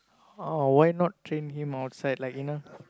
oh why not train him outside like you know